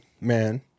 man